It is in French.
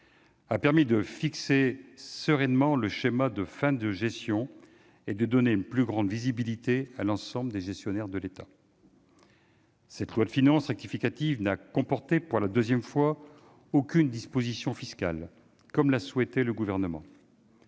a permis de fixer sereinement le schéma de fin de gestion et de donner une plus grande visibilité à l'ensemble des gestionnaires de l'État. Cette loi de finances rectificative n'a comporté, pour la deuxième fois, aucune disposition fiscale, comme l'a souhaité le Gouvernement.